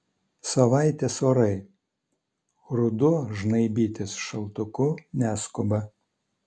savaitės orai ruduo žnaibytis šaltuku neskuba